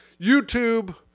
YouTube